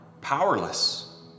powerless